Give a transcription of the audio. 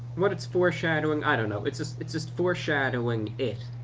what it's for shadowing? i don't know. it's just it's just foreshadowing it.